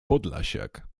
podlasiak